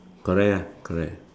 correct ah correct